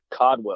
Codwell